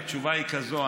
התשובה היא כזאת,